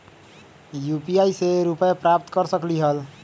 UPI से रुपए प्राप्त कर सकलीहल?